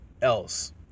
else